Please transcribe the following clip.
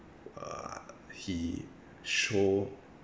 uh he show